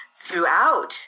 throughout